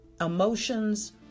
emotions